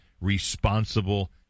responsible